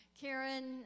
Karen